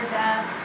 death